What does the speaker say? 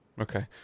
Okay